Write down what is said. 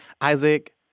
Isaac